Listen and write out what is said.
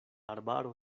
arbaro